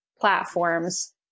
platforms